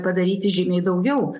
padaryti žymiai daugiau